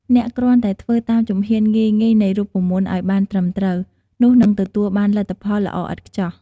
អ្នកគ្រាន់តែធ្វើតាមជំហានងាយៗនៃរូបមន្តឱ្យបានត្រឹមត្រូវ នោះនឹងទទួលបានលទ្ធផលល្អឥតខ្ចោះ។